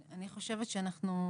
אני חושבת שאנחנו כבר,